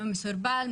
מסורבל,